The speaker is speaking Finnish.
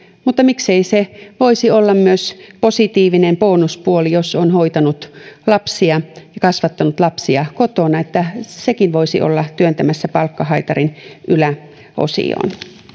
mutta miksei se voisi olla myös positiivinen bonuspuoli jos on hoitanut lapsia ja kasvattanut lapsia kotona eli sekin voisi olla työntämässä palkkahaitarin yläosioon